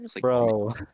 Bro